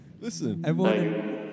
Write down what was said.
Listen